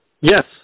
Yes